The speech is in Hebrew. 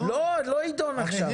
לא יידון עכשיו.